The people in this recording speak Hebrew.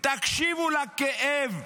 תקשיבו לכאב,